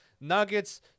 nuggets